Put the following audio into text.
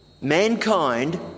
mankind